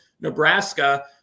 Nebraska